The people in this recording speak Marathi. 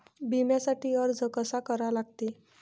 बिम्यासाठी अर्ज कसा करा लागते?